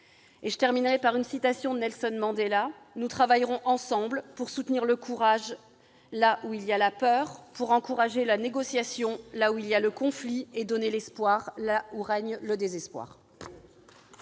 a besoin. Comme le disait Nelson Mandela :« Nous travaillerons ensemble pour soutenir le courage là où il y a la peur, pour encourager la négociation là où il y a le conflit et donner l'espoir là où règne le désespoir.